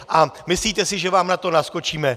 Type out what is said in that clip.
A myslíte si, že vám na to naskočíme?